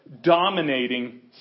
dominating